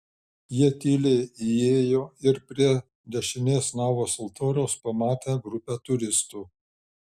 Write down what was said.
jie tyliai įėjo ir prie dešinės navos altoriaus pamatė grupę turistų